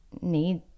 need